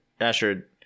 Asher